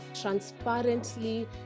transparently